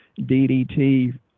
DDT